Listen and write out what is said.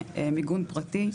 מיגון פרטי,